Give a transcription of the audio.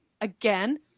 again